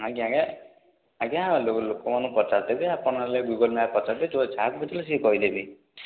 ଆଜ୍ଞା ଆଜ୍ଞା ଆଜ୍ଞା ଲୋକମାନଙ୍କୁ ପଚାରିଦେବେ ଆପଣ ହେଲେ ଗୁଗଲ୍ ମ୍ୟାପ୍ ପଚାରିବେ ଯାହାକୁ ପଚାରିବେ ସିଏ କହିଦେବେ